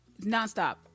Nonstop